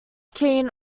keen